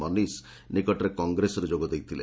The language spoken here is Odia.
ମନୀଷ ନିକଟରେ କଂଗ୍ରେସରେ ଯୋଗ ଦେଇଥିଲେ